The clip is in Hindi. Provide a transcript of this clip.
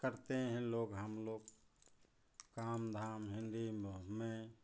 करते हैं लोग हमलोग काम धाम हिन्दी मह में